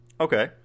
okay